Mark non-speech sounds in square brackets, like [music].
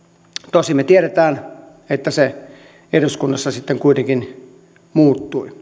tosin me tiedämme että se eduskunnassa sitten kuitenkin muuttui [unintelligible]